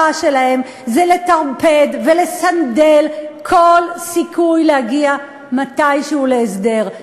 שלהן זה לטרפד ולסנדל כל סיכוי להגיע מתישהו להסדר.